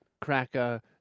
cracker